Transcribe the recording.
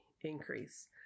increase